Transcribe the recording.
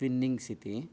Twinings इति